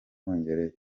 bwongereza